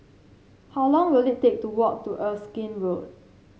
how long will it take to walk to Erskine Road